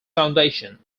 foundation